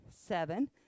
seven